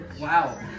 wow